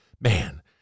man